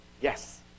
Yes